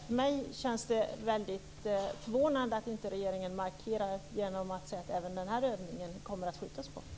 För mig känns det väldigt förvånande att regeringen inte markerar genom att säga att även den här övningen kommer att skjutas upp.